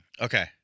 okay